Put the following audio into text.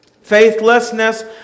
Faithlessness